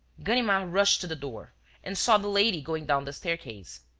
ganimard rushed to the door and saw the lady going down the staircase.